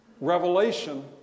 Revelation